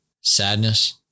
Sadness